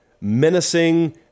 menacing